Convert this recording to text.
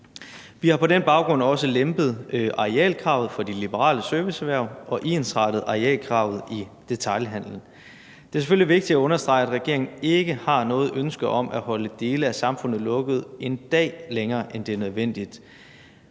Vi har på den baggrund også lempet arealkravet for de liberale serviceerhverv og ensrettet arealkravet i detailhandelen. Det er selvfølgelig vigtigt at understrege, at regeringen ikke har noget ønske om at holde dele af samfundet lukket én dag længere, end det er nødvendigt.